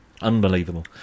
Unbelievable